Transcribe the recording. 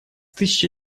тысяча